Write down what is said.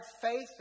faith